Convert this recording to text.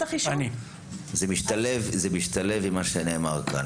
החישוב, זה 1.8%. זה משתלב עם מה שנאמר כאן.